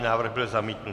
Návrh byl zamítnut.